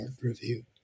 Review